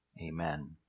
Amen